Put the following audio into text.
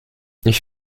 ich